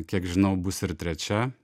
kiek žinau bus ir trečia